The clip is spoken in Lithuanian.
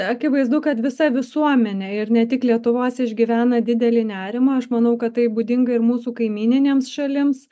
akivaizdu kad visa visuomenė ir ne tik lietuvos išgyvena didelį nerimą aš manau kad tai būdinga ir mūsų kaimyninėms šalims